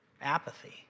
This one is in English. Apathy